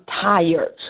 tired